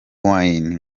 wine